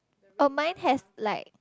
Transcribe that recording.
oh mine has like